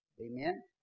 Amen